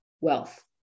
wealth